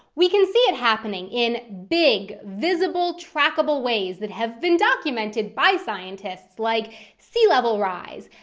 we can see it happening in big visible, trackable ways that have been documented by scientists, like sea level rise,